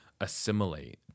assimilate